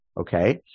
Okay